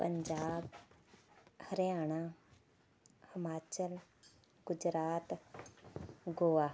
Punjab Haryana Himachal Gujarat Goa